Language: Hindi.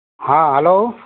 हाँ हैलो